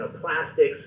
plastics